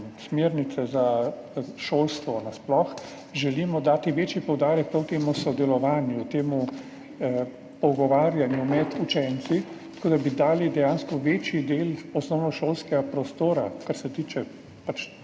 smernice za šolstvo nasploh dati večji poudarek prav temu sodelovanju, temu pogovarjanju med učenci, tako da bi dali dejansko večji del osnovnošolskega prostora, kar se tiče